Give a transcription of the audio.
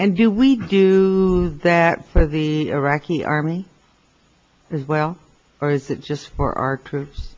and do we do that for the iraqi army as well or is it just for our troops